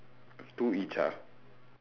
two each ah